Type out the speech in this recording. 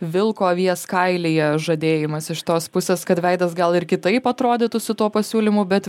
vilko avies kailyje žadėjimas iš tos pusės kad veidas gal ir kitaip atrodytų su tuo pasiūlymu bet